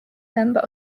member